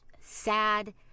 sad